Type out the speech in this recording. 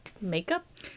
makeup